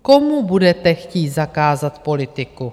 Komu budete chtít zakázat politiku?